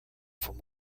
from